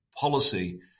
policy